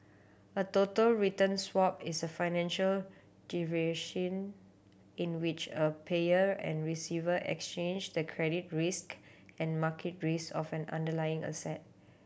a total return swap is a financial in which a payer and receiver exchange the credit risk and market risk of an underlying asset